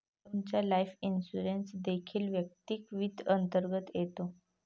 तुमचा life insurance देखील वैयक्तिक वित्त अंतर्गत येतो